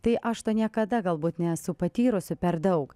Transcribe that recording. tai aš to niekada galbūt nesu patyrusi per daug